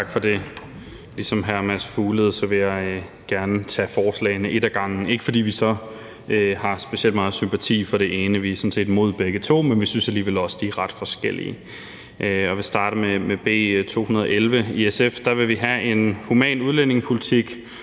Tak for det. Ligesom hr. Mads Fuglede vil jeg gerne tage forslagene ét ad gangen. Og det er ikke, fordi vi har sympati for det ene af dem – vi er sådan set imod dem begge to, men vi synes alligevel også, at de er ret forskellige. Jeg vil starte med B 211. I SF vil vi have en human udlændingepolitik